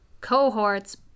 cohorts